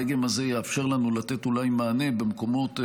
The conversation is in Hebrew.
הדגם הזה יאפשר לנו לתת אולי מענה במקומות,